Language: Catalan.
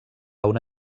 una